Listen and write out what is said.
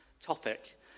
topic